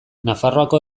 nafarroako